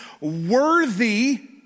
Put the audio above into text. worthy